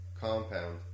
compound